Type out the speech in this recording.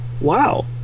wow